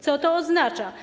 Co to oznacza?